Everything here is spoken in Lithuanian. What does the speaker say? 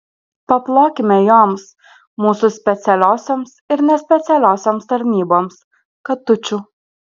paplokime joms mūsų specialiosioms ir nespecialiosioms tarnyboms katučių